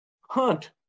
Hunt